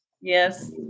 Yes